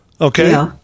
okay